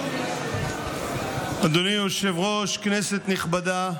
אדוני היושב-ראש, כנסת נכבדה,